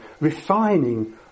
refining